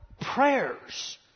prayers